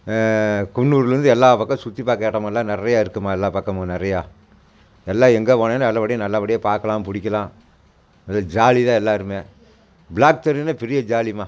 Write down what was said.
குன்னூர்லேருந்து எல்லா பக்கம் சுற்றி பார்க்க இடம் எல்லாம் நிறைய இருக்குதும்மா எல்லா பக்கமும் நிறையா எல்லா எங்கே போனாலும் நல்லபடியாக நல்லபடியாக பார்க்கலாம் பிடிக்கிலாம் ஒரே ஜாலி தான் எல்லாருமே பிளாக் தண்டர் தான் பெரிய ஜாலிம்மா